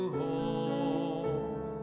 home